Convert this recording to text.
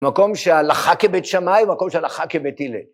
מקום שהלכה כבית שמאי, מקום שהלכה כבית הילל.